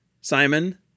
Simon